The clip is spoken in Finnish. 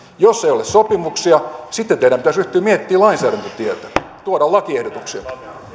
jos ei ole sopimuksia sitten teidän pitäisi ryhtyä miettimään lainsäädäntötietä tuoda lakiehdotuksia